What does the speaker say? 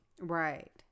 Right